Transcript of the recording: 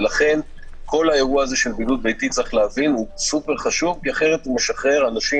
ולכן כל האירוע של בידוד ביתי הוא סופר חשוב כי אחרת הוא משחרר אנשים